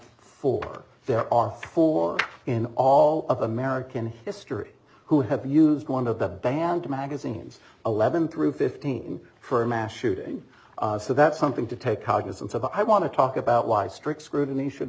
for there are four in all of american history who have used one of the banned magazines eleven through fifteen for a mass shooting so that's something to take cognizance of i want to talk about why strict scrutiny should